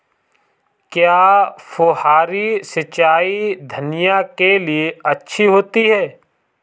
क्या फुहारी सिंचाई धनिया के लिए अच्छी होती है?